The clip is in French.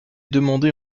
demandé